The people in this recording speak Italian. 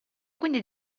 quindi